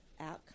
outcome